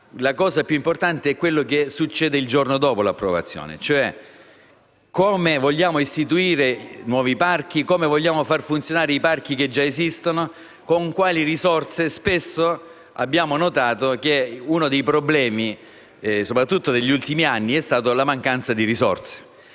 la cosa più importante è quello che succede il giorno dopo l'approvazione, cioè come vogliamo istituire nuovi parchi e come vogliamo far funzionare i parchi che già esistono e con quali risorse. Abbiamo notato che uno dei problemi, soprattutto negli ultimi anni, è stata la mancanza di risorse,